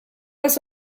was